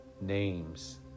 names